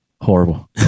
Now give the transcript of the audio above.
horrible